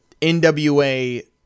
nwa